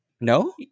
No